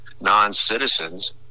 non-citizens